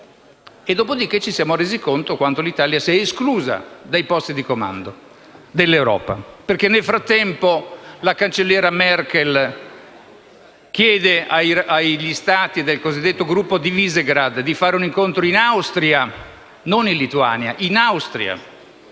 Dopo di che ci siamo resi conto di quanto l'Italia sia esclusa dai posti di comando dell'Europa, perché nel frattempo la cancelliera Merkel ha chiesto agli Stati del cosiddetto Gruppo di Visegrád di fare un incontro in Austria e non in Lituania sulle